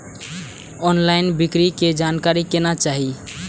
Online बिक्री के जानकारी केना चाही?